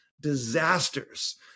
disasters